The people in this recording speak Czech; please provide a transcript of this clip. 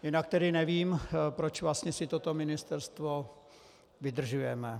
Jinak tedy nevím, proč vlastně si toto ministerstvo vydržujeme.